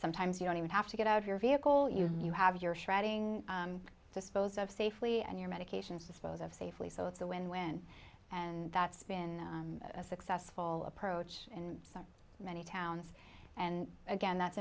sometimes you don't even have to get out your vehicle you know you have your shredding dispose of safely and your medications dispose of safely so it's a win win and that's been a successful approach and some many towns and again that's